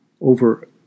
over